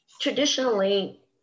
Traditionally